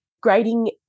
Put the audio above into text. grading